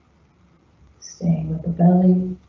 staying with the belly.